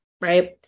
right